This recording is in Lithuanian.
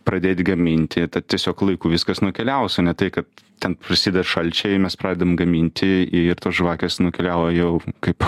pradėt gaminti t ta tiesiog laiku viskas nukeliaus o ne tai kad ten prasideda šalčiai mes pradedam gaminti ir tos žvakės nukeliavo jau kaip